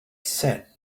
said